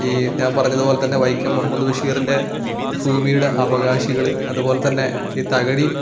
ഈ ഞാൻ പറഞ്ഞത് പോലെ തന്നെ വൈക്കം മുഹമ്മദ് ബഷീറിൻ്റെ ഭൂമിയുടെ അവകാശികള് അതുപോലെ തന്നെ ഈ തകഴി